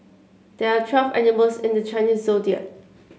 there are twelve animals in the Chinese Zodiac